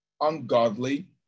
ungodly